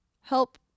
help